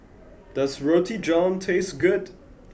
does Roti John taste good